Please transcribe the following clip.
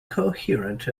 coherent